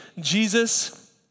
Jesus